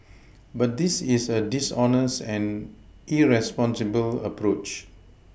but this is a dishonest and irresponsible approach